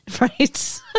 Right